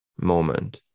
moment